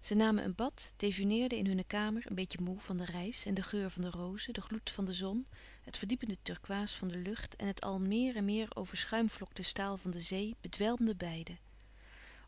zij namen een bad dejeuneerden in hunne kamer een beetje moê van de reis en de geur van de rozen de gloed van de zon het verdiepende turkoois van de lucht en het al meer en meer overschuimvlokte staal van de zee bedwelmden beiden